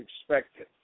expected